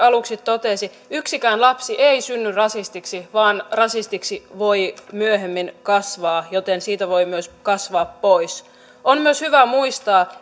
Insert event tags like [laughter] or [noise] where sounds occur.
[unintelligible] aluksi totesi yksikään lapsi ei synny rasistiksi vaan rasistiksi voi myöhemmin kasvaa joten siitä voi myös kasvaa pois on myös hyvä muistaa [unintelligible]